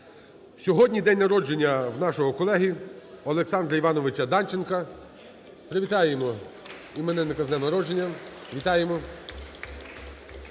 Сьогодні день народження у нашого колеги Олександра Івановича Данченка. Привітаємо іменинника з днем народження. Вітаємо.